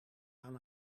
aan